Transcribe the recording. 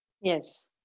Yes